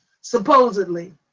supposedly